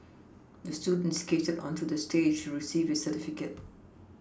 the student skated onto the stage receive his certificate